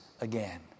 again